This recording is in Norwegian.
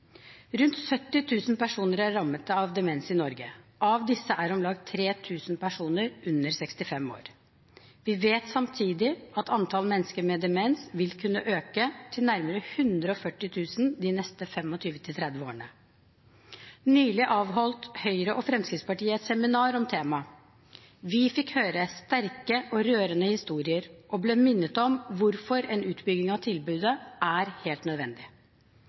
Rundt 70 000 personer i Norge er rammet av demens. Av disse er om lag 3 000 personer under 65 år. Vi vet samtidig at antall mennesker med demens vil kunne øke til nærmere 140 000 de neste 25–30 årene. Nylig avholdt Høyre og Fremskrittspartiet et seminar om temaet. Vi fikk høre sterke og rørende historier og ble minnet om hvorfor en utbygging av tilbudet er helt nødvendig.